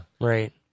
Right